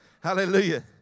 hallelujah